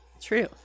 True